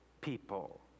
people